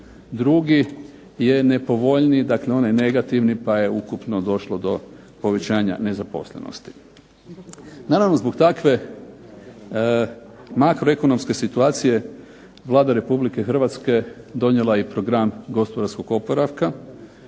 drugi je nepovoljniji, dakle onaj negativni pa je ukupno došlo do povećanja nezaposlenosti. Naravno zbog takve makroekonomske situacije Vlada Republike Hrvatske donijela je i program gospodarskog oporavka.